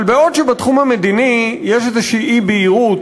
אבל בעוד שבתחום המדיני יש איזו אי-בהירות,